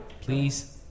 Please